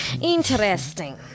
Interesting